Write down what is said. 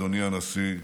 אדוני הנשיא,